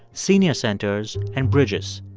senior centers and bridges.